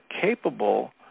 capable